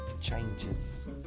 changes